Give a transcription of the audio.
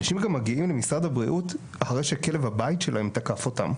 אנשים גם מגיעים למשרד הבריאות אחרי שכלב הבית שלהם תקף אותם.